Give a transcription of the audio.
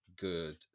good